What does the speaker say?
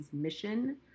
mission